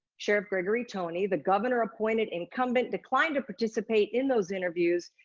sheriff gregory tony, the governor appointed incumbent declined to participate in those interviews,